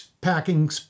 Packing